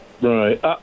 Right